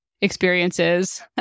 experiences